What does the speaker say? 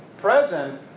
present